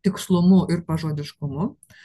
tikslumu ir pažodiškumu